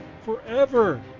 forever